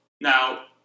Now